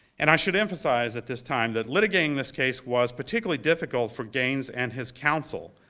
and i should emphasize at this time that litigating this case was particularly difficult for gaines and his counsel.